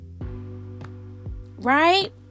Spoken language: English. Right